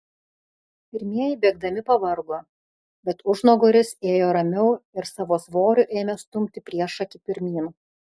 pirmieji bėgdami pavargo bet užnugaris ėjo ramiau ir savo svoriu ėmė stumti priešakį pirmyn